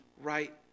right